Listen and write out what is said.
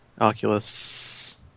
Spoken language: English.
Oculus